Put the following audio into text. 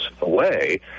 away